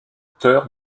auteur